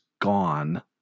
gone